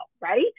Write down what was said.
right